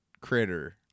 critter